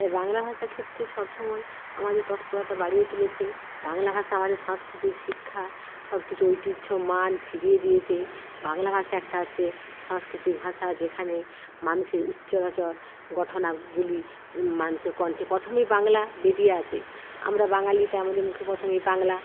তাই বাংলা ভাষার ক্ষেত্রে সবসময় আমাদের তৎপরতা বাড়িয়ে তুলেছে বাংলা ভাষা আমাদের সাংস্কৃতিক শিক্ষা সবকিছু ঐতিহ্য মান ফিরিয়ে দিয়েছে বাংলা ভাষা একটা আছে সাংস্কৃতিক ভাষা যেখানে মানুষের উচ্চরাচর গঠনাগুলি মানুষের কন্ঠে প্রথমেই বাংলা বেরিয়ে আসে আমরা বাঙালি তাই আমাদের মুখে প্রথমেই বাংলা